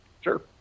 Sure